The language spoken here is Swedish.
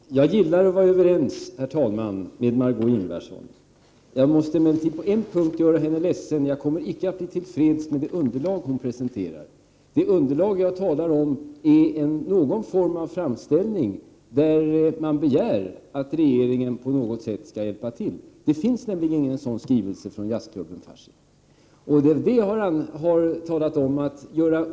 Herr talman! Jag gillar att vara överens med Margé Ingvardsson. Jag måste emellertid på en punkt göra henne ledsen. Jag kommer icke att bli till freds med det underlag hon presenterar. Det underlag jag talar om är någon form av framställning, där man begär att regeringen på något sätt skall hjälpa till. Det finns nämligen ingen sådan skrivelse från jazzklubben Fasching.